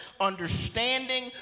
understanding